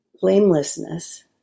Blamelessness